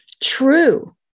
True